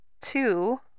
two